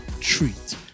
Treat